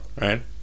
Right